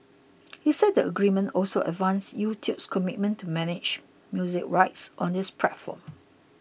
he said the agreement also advanced YouTube's commitment to manage music rights on its platform